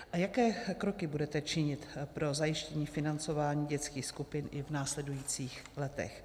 A jaké kroky budete činit pro zajištění financování dětských skupin i v následujících letech?